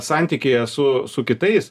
santykyje su su kitais